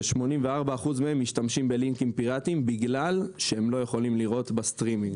ש-84% מהם משתמשים בלינקים פירטיים בגלל שהם לא יכולים לראות בסטרימינג,